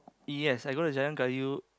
yes I go to Jalan-Kayu